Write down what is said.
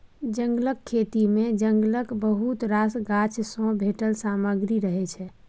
जंगलक खेती मे जंगलक बहुत रास गाछ सँ भेटल सामग्री रहय छै